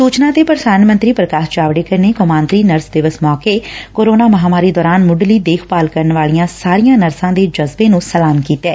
ਸੁਚਨਾ ਤੇ ਪ੍ਰਸਾਰਣ ਮੰਤਰੀ ਪ੍ਰਕਾਸ਼ ਜਾਵੜੇਕਰ ਨੇ ਕੌਮਾਂਤਰੀ ਨਰਸ ਦਿਵਸ ਮੌਕੇ ਕੋਰੋਨਾ ਮਹਾਂਮਾਰੀ ਦੋਰਾਨ ਮੁੱਢਲੀ ਦੇਖਭਾਲ ਕਰਨ ਵਾਲੀਆਂ ਸਾਰੀਆਂ ਨਰਸਾਂ ਦੇ ਜਜਬੇ ਨੂੰ ਸਲਾਮ ਕੀਤੈ